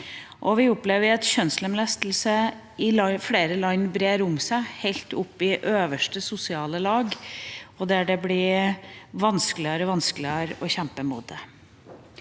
Vi opplever at kjønnslemlestelse i flere land brer seg, helt opp i øverste sosiale lag, og det blir vanskeligere og vanskeligere å kjempe imot det.